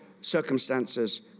circumstances